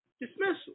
dismissal